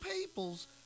peoples